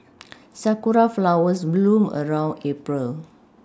sakura flowers bloom around April